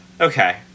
okay